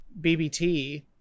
bbt